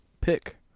pick